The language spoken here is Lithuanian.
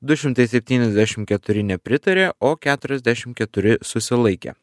du šimtai septyniasdešim keturi nepritarė o keturiasdešim keturi susilaikė